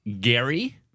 Gary